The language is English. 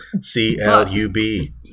C-L-U-B